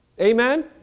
Amen